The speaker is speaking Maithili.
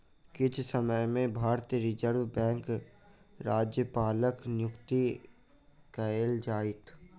किछ समय में भारतीय रिज़र्व बैंकक राज्यपालक नियुक्ति कएल जाइत